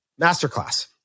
Masterclass